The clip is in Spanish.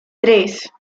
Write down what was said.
tres